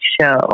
show